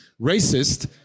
racist